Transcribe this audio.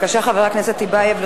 בבקשה, חבר הכנסת טיבייב.